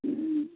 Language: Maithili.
हूँ